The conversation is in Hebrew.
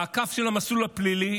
מעקף של המסלול הפלילי